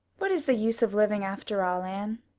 what is the use of living after all, anne?